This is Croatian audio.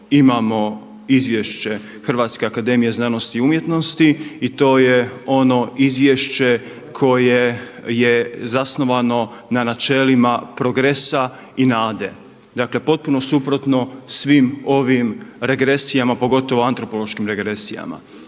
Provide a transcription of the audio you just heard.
imamo izvješće HAZU i to je ono izvješće koje je zasnovano na načelima progresa i nade. Dakle potpuno suprotno svim ovim regresijama, pogotovo antropološkim regresijama.